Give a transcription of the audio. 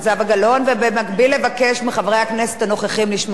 ובמקביל לבקש מחברי הכנסת הנוכחים לשמור קצת על שקט.